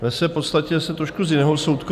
Ve své podstatě zase trošku z jiného soudku.